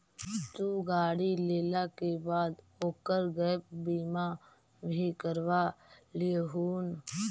तु गाड़ी लेला के बाद ओकर गैप बीमा भी करवा लियहून